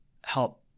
help